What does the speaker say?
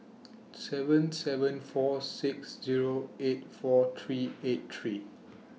seven seven four six Zero eight four three eight three